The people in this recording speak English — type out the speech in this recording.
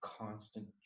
constant